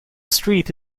street